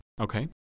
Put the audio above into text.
Okay